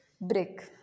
break